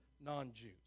non-Jews